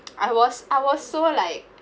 I was I was so like